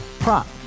Prop